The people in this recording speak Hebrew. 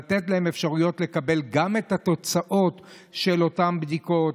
לתת להן אפשרויות לקבל גם את התוצאות של אותן בדיקות,